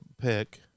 pick